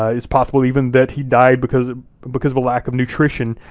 ah it's possible even that he died because because of a lack of nutrition,